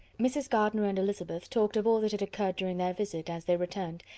mrs. gardiner and elizabeth talked of all that had occurred during their visit, as they returned,